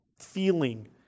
feeling